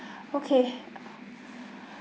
okay